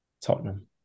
Tottenham